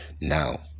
Now